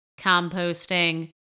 composting